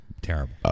terrible